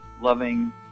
loving